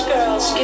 Girls